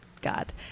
god